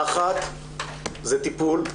האחת טיפול,